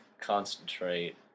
concentrate